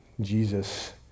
Jesus